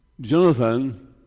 Jonathan